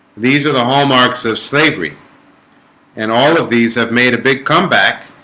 these are the hallmarks of slavery and all of these have made a big comeback